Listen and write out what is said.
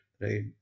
right